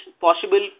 possible